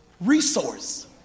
resource